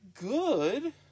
good